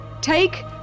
Take